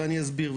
ואני אסביר,